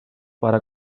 para